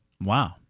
Wow